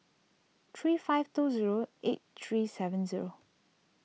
three five two zero eight three seven zero